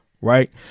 right